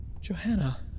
Johanna